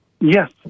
Yes